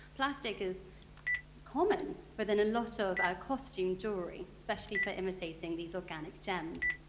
plastic is common within a lot of our costume jewellery, especially for imitating these organic gems.